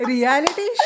Reality